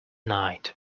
night